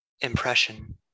impression